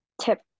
tip